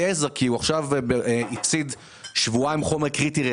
עזר לסטודנט שהפסיד שבועיים חומר קריטי.